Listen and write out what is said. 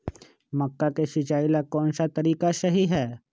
मक्का के सिचाई ला कौन सा तरीका सही है?